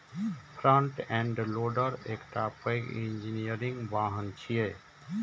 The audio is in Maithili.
फ्रंट एंड लोडर एकटा पैघ इंजीनियरिंग वाहन छियै